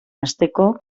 hasteko